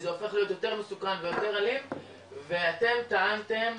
הופך להיות יותר מסוכן ויותר אלים ואתם טענתם,